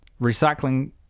recycling